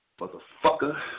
Motherfucker